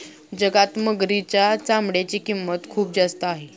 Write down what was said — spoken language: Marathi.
जगात मगरीच्या चामड्याची किंमत खूप जास्त आहे